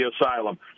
asylum